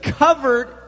covered